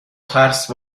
ترس